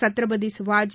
Chhatrapati Sivaji